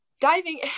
diving